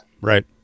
Right